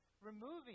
removing